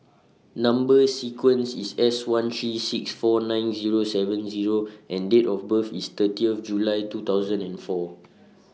Number sequence IS S one three six four nine Zero seven Zero and Date of birth IS thirtieth July two thousand and four